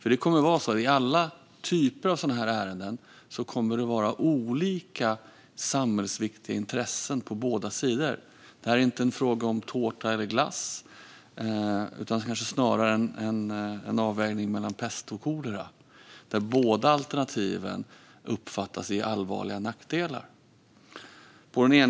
I alla typer av sådana här ärenden kommer det att vara olika samhällsviktiga intressen på båda sidor. Det är inte en fråga om tårta eller glass, utan kanske snarare en avvägning mellan pest och kolera - båda alternativen uppfattas ge allvarliga nackdelar.